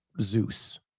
zeus